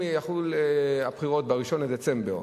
אם יחולו הבחירות ב-1 בדצמבר,